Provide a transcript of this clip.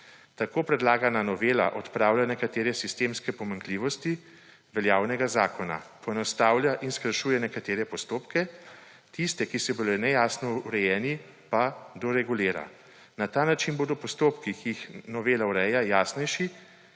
Tako predlagana novela odpravlja nekatere sistemske pomanjkljivosti veljavnega zakona. Poenostavlja in skrajšuje nekatere postopke, tiste, ki so bili nejasno urejeni, pa doregulira. Na ta način bodo postopki, ki jih novela ureja, jasnejši